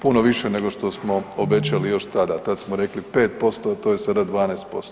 Puno više nego što smo obećali još tada, tad smo rekli 5%, a to je sada 12%